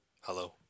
Hello